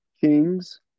Kings